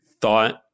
thought